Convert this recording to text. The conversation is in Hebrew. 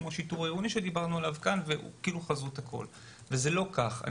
כמו שיטור עירוני וזה כאילו חזות הכול וזה לא כך.